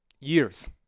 years